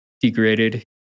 degraded